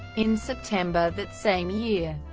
in september that same year,